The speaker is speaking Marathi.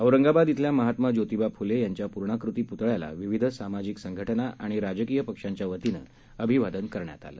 औरंगाबाद इथल्या महात्मा ज्योतिबा फुले यांच्या पूर्णाकृती पृतळ्याला विविध सामाजिक संघटना आणि राजकीय पक्षांच्या वतीनं अभिवादन करण्यात आलं